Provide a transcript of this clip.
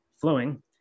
flowing